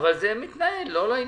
אבל זה מתנהל לא לעניין.